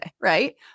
right